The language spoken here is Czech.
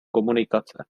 komunikace